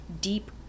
deep